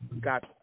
got